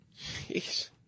Jeez